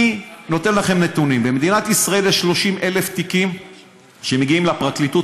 אני נותן לכם נתונים: במדינת ישראל יש 30,000 תיקים שמגיעים לפרקליטות,